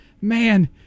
man